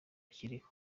bakiriho